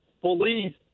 police